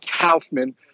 Kaufman